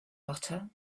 butter